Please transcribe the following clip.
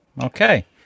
Okay